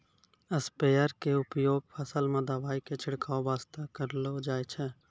sprayer के उपयोग फसल मॅ दवाई के छिड़काब वास्तॅ करलो जाय छै